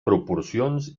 proporcions